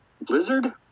blizzard